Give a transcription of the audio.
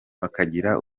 bakagira